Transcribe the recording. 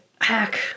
hack